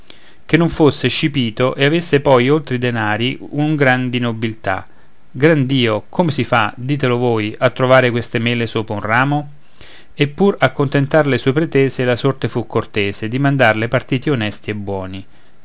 che non fosse scipito e avesse poi oltre i denari un gran di nobiltà gran dio come si fa ditelo voi a trovar queste mele sopra un ramo eppur a contentar le sue pretese la sorte fu cortese di mandarle partiti onesti e buoni